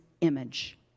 image